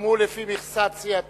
גם הוא, לפי מכסת סיעתו,